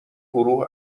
گروه